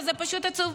וזה פשוט עצוב.